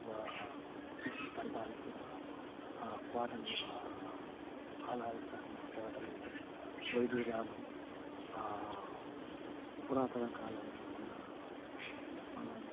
British పరిపాలించిన ఆ కోటలు ఆహ్లాదకరంగా కోటలు వైడూర్యాలు పురాతన కాలం అయిన ఉన్న మనం